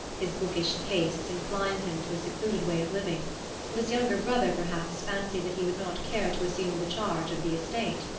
his bookish tastes inclined him to a secluded way of living and his younger brother perhaps fancied that he would not care to assume the charge of the estate.